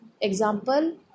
example